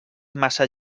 massa